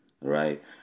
right